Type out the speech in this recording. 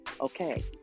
okay